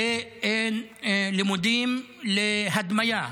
בלימודים להדמיה,